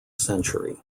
century